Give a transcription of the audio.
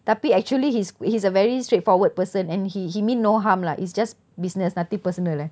tapi actually he's he's a very straightforward person and he he mean no harm lah it's just business nothing personal eh